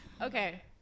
Okay